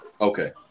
Okay